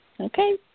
okay